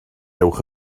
ewch